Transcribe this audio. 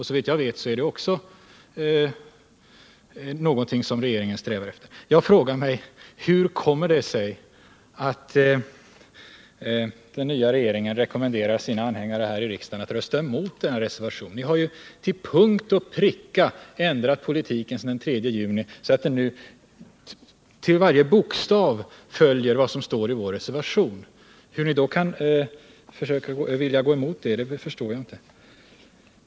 Såvitt jag vet är detta också någonting som regeringen strävar efter. Jag frågar mig: Hur kommer det sig att den nya regeringen rekommenderar sina anhängare här i riksdagen att rösta emot denna reservation? Ni har ju ändrat politiken sedan den 3 juni så att den nu till punkt och pricka följer vad som står i vår reservation. Hur ni då kan vilja gå emot den förstår jag inte.